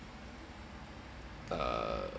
err